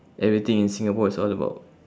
everything in singapore is all about